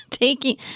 Taking